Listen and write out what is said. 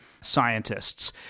scientists